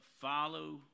follow